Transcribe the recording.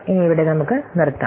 ഇനി ഇവിടെ നമുക്ക് നിർത്താം